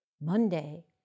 Monday